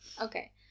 Okay